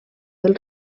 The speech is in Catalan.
del